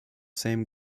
same